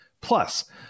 Plus